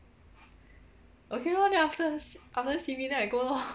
okay lor then after C after C_B then I go lor